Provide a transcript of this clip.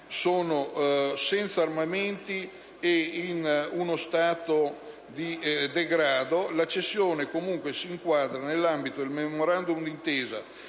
M113 senza armamenti e in uno stato di degrado. La cessione comunque si inquadra nell'ambito di un *memorandum* d'intesa